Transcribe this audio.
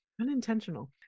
Unintentional